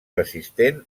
resistent